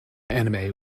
anime